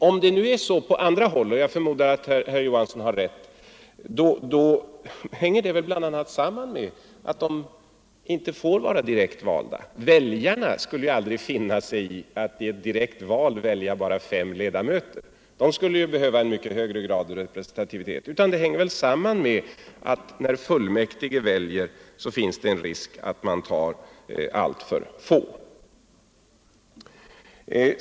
Om det nu på andra håll förhåller sig så som herr Johansson i Trollhättan säger — jag förmodar att han har rätt i det — så hänger det väl bl.a. samman med att kommundelsråden inte får vara direktvalda. Väljarna skulle aldrig finna sig i att i ett direkt val välja bara fem ledamöter: de skulle behöva en mycket högre grad av representativitet. Men när fullmäktige väljer finns det en risk att man tar alltför få.